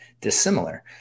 dissimilar